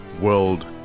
World